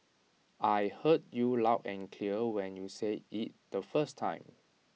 I heard you loud and clear when you said IT the first time